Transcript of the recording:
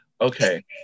Okay